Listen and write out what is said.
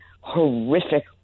horrific